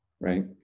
right